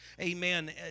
amen